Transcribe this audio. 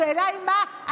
השאלה היא עם מה אנחנו,